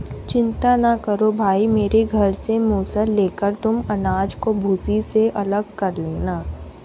चिंता ना करो भाई मेरे घर से मूसल लेकर तुम अनाज को भूसी से अलग कर लेना